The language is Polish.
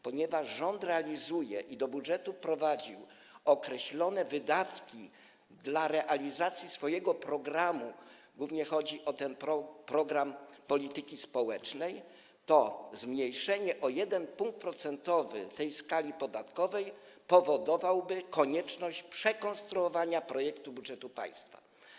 Ponieważ rząd to realizuje i do budżetu wprowadził określone wydatki dla realizacji swojego programu, głównie chodzi o ten program polityki społecznej, to zmniejszenie o 1 punkt procentowy tej skali podatkowej powodowałoby konieczność przekonstruowania projektu budżetu państwa.